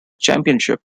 championship